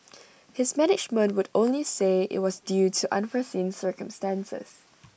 his management would only say IT was due to unforeseen circumstances